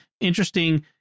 interesting